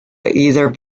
either